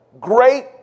great